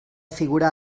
figurar